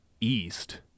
east